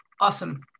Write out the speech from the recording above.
Awesome